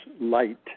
light